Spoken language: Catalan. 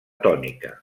tònica